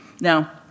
Now